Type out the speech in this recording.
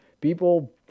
People